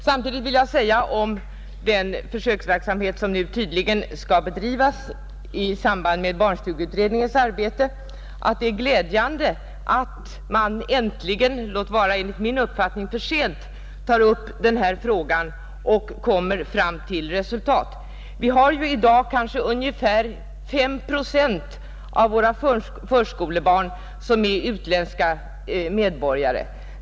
Samtidigt vill jag säga om den försöksverksamhet som nu tydligen skall bedrivas i samband med barnstugeutredningens arbete, att det är glädjande att man äntligen — låt vara enligt min uppfattning för sent — tar upp denna fråga och kommer fram till resultat. I dag är ungefär fem procent av våra förskolebarn utländska medborgare.